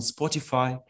Spotify